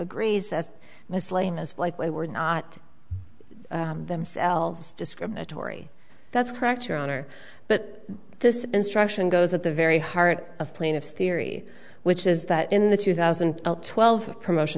agrees that miss lane is likely were not themselves discriminatory that's correct your honor but this instruction goes at the very heart of plaintiff's theory which is that in the two thousand and twelve promotion